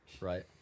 Right